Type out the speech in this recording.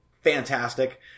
fantastic